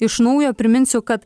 iš naujo priminsiu kad